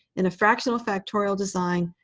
in a fractional factorial design,